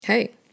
Hey